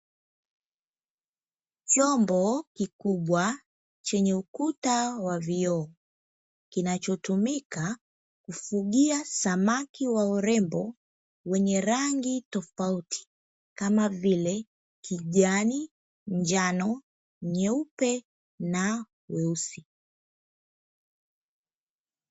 Vyombo vikubwa chenye ukuta wa vioo kinachotumika kufugia samaki wa urembo, wenye rangi tofauti kama vile kijani, njano, nyeupe na weusi.